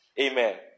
Amen